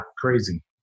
crazy